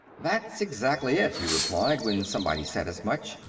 that's exactly it, he replied, when somebody said as much.